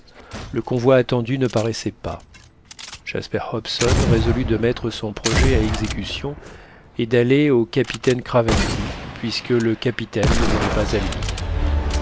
le convoi attendu ne paraissait pas jasper hobson résolut de mettre son projet à exécution et d'aller au capitaine craventy puisque le capitaine ne venait pas à lui